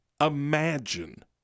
imagine